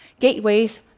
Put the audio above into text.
gateways